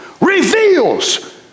reveals